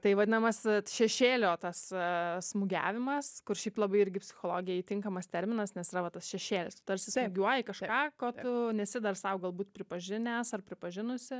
tai vadinamas šešėlio tas smūgiavimas kur šiaip labai irgi psichologijai tinkamas terminas nes yra va tas šešėlis tu tarsi smūgiuoju kažką ko tu nesi dar sau galbūt pripažinęs ar pripažinusi